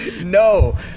No